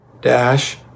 Dash